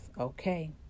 Okay